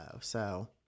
so-